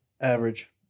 Average